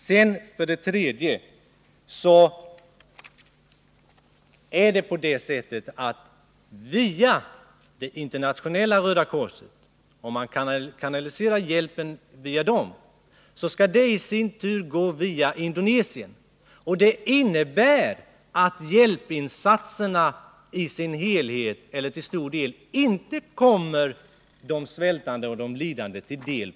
Vidare är det så, att om man kanaliserar hjälpen via Internationella röda korset, skall hjälpen gå via Indonesien, vilket innebär att hjälpinsatserna till stor del inte kommer de lidande i Östtimor till del.